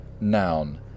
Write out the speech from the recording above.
Noun